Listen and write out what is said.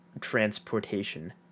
transportation